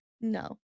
no